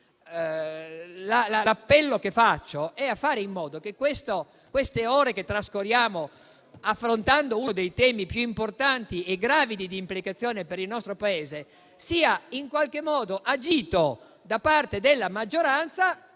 l'appello che rivolgo è di fare in modo che queste ore che trascorriamo affrontando uno dei temi più importanti e gravidi di implicazioni per il nostro Paese, sia agito da parte della maggioranza